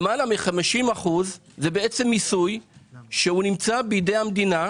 למעלה מ-50% זה מיסוי שנמצא בידי המדינה,